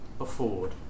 afford